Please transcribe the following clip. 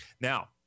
Now